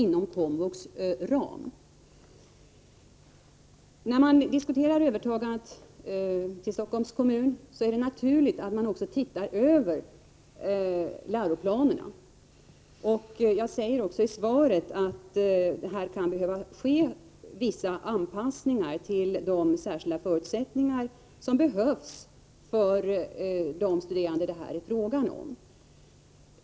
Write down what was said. När man diskuterar överförandet av STI till Stockholms kommun är det naturligt att också se över läroplanerna. Jag säger även i svaret att det kan behöva ske vissa anpassningar till de särskilda förutsättningar som behövs för de studerande som det här är fråga om.